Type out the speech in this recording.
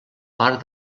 part